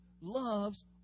loves